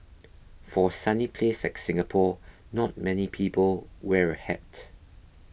for sunny place like Singapore not many people wear a hat